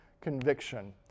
conviction